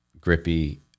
grippy